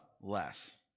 less